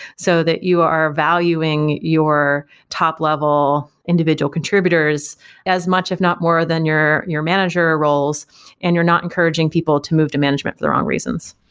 so that you are valuing your top-level individual contributors as much, if not more than your your manager ah roles and you're not encouraging people to move to management for the wrong reasons